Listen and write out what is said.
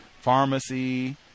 pharmacy